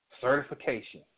Certification